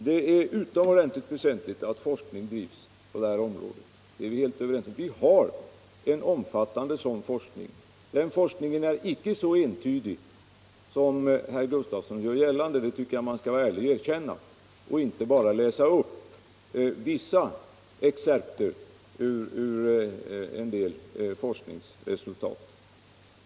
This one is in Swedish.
Det är väsentligt att forskning bedrivs på detta område; det är vi helt överens om. Vi har också en omfattande sådan forskning. Den forskningen är icke så entydig som herr Gustavsson vill göra gällande — det tycker jag att man ärligt bör erkänna och inte bara läsa upp vissa excerpter ur en del forskningsresultat.